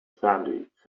sandwich